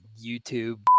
YouTube